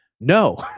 No